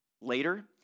later